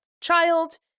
child